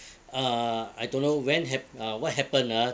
uh I don't know when hap~ uh what happen ah